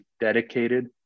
dedicated